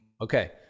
okay